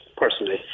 Personally